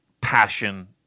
passion